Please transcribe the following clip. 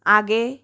आगे